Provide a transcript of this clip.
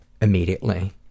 immediately